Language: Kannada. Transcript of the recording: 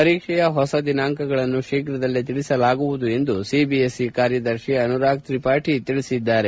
ಪರೀಕ್ಷೆಯ ಹೊಸ ದಿನಾಂಕಗಳನ್ನು ಶೀಘ್ರದಲ್ಲೇ ತಿಳಿಸಲಾಗುವುದು ಎಂದು ಸಿಬಿಎಸ್ಇ ಕಾರ್ಯದರ್ಶಿ ಅನುರಾಗ್ ತ್ರಿಪಾಠಿ ತಿಳಿಸಿದ್ದಾರೆ